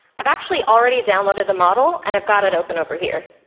i've actually already downloaded the model, and i've got it open over here.